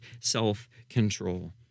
self-control